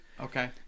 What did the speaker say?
Okay